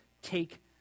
take